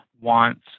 wants